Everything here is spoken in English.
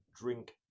drink